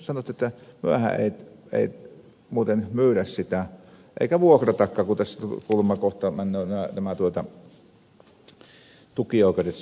sanottiin että myöhän ei muuten myydä sitä eikä vuokratakaan kun tässä kuulemma kohta menevät nämä tukioikeudet